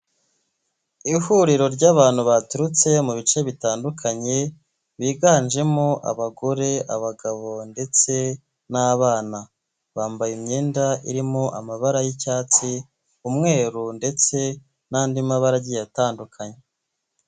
Ihuriro ry'abantu baturutse mu bice bitandukanye, biganjemo abagore, abagabo ndetse n'abana. Bambaye imyenda irimo amabara y'icyatsi, umweru ndetse n'andi mabara agiye atandukanye.